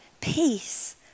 peace